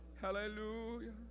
Hallelujah